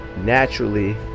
naturally